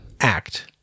act